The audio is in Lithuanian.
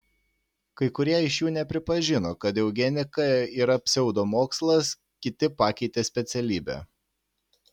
kai kurie iš jų nepripažino kad eugenika yra pseudomokslas kiti pakeitė specialybę